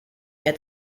had